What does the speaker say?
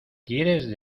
quieres